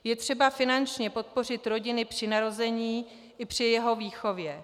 Je třeba finančně podpořit rodiny při narození dítěte i při jeho výchově.